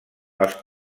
els